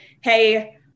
hey